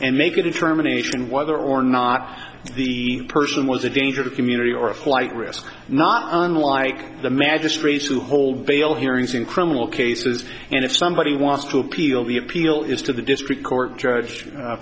and make a determination whether or not the person was a danger to the community or a flight risk not unlike the magistrates who hold bail hearings in criminal cases and if somebody wants to appeal the appeal is to the district court judge